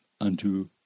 unto